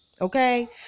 okay